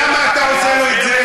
למה אתה עושה את זה?